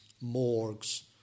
morgues